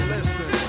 Listen